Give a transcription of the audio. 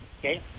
Okay